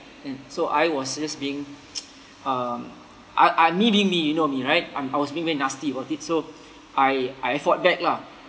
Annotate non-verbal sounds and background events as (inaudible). and so I was just being (noise) um I I me being me you know me right I'm I was being very nasty about it so I I fought back lah